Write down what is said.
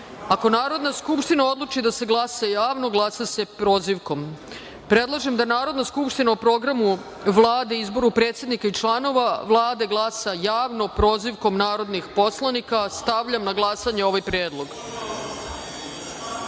Ako Narodna skupština odluči da se glasa javno, glasa se prozivkom. Predlažem da Narodna skupština o Programu Vlade i izboru predsednika i članova Vlade glasa javno, prozivkom narodnih poslanika. Stavljam na glasanje ovaj